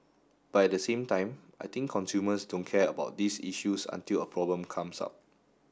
but at the same time I think consumers don't care about these issues until a problem comes up